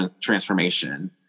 transformation